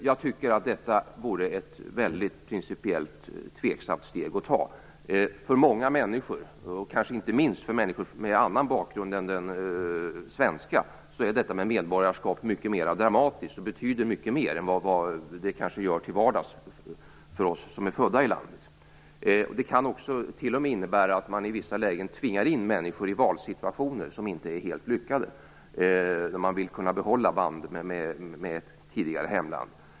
Jag tycker att detta vore ett principiellt tvivelaktigt steg att ta. För många människor - inte minst människor med annan bakgrund än den svenska - är medborgarskap mer dramatiskt och betyder mer än vad det kanske gör till vardags för oss som är födda i landet. Det kan i vissa lägen t.o.m. innebära att människor tvingas in i valsituationer som inte är helt lyckade - man vill behålla band med ett tidigare hemland.